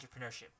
entrepreneurship